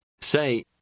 Say